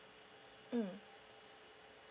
mm